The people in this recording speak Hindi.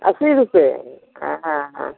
अस्सी रुपये